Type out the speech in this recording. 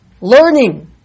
Learning